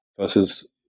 Versus